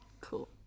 Cool